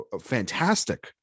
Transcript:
fantastic